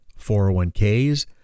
401ks